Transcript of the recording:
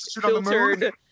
filtered